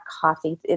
coffee